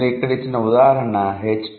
నేను ఇక్కడ ఇచ్చిన ఉదాహరణ హెచ్